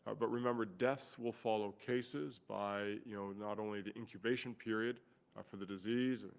but remember deaths will follow cases by you know not only the incubation period for the disease,